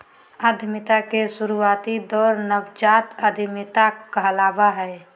उद्यमिता के शुरुआती दौर नवजात उधमिता कहलावय हय